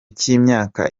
cy’imyaka